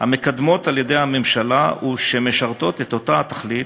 המקודמות על-ידי הממשלה ומשרתות את אותה התכלית,